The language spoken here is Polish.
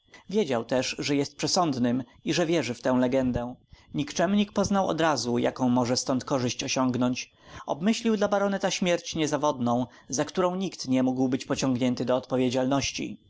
wiedział też że jest przesądnym i że wierzy w tę legendę nikczemnik poznał odrazu jaką może stąd korzyść osiągnąć obmyślił dla baroneta śmierć niezawodną za którą nikt nie mógł być pociągnięty do odpowiedzialności